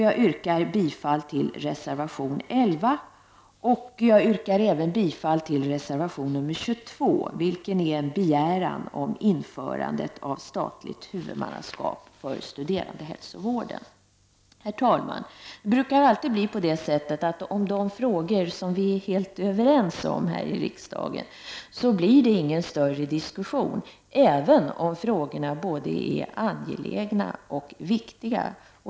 Jag yrkar bifall till reservation 11 och även bifall till reservation 22, vilken är en begäran om införande av statligt huvudmannaskap för studerandehälsovården. Herr talman! Det brukar vara så att i frågor där vi är helt överens i riksdagen blir det ingen större diskussion, även om frågorna både är angelägna och viktiga.